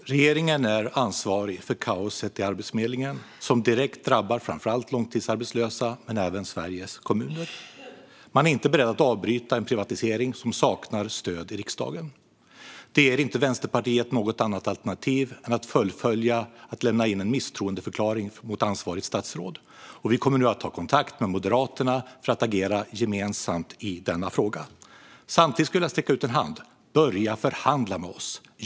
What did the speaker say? Fru talman! Regeringen är ansvarig för kaoset i Arbetsförmedlingen, som direkt drabbar framför allt långtidsarbetslösa men även Sveriges kommuner. Man är inte beredd att avbryta en privatisering som saknar stöd i riksdagen. Det ger inte Vänsterpartiet något annat alternativ än att fullfölja att lämna in en misstroendeförklaring mot ansvarigt statsråd. Vi kommer nu att ta kontakt med Moderaterna för att agera gemensamt i denna fråga. Samtidigt skulle jag vilja sträcka ut en hand: Börja förhandla med oss!